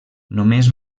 només